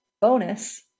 Bonus